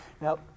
now